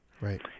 Right